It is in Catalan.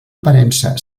aparença